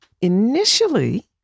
initially